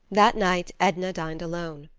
that night edna dined alone.